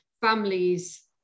families